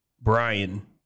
Brian